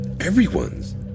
everyone's